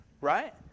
right